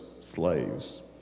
slaves